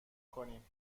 کنیم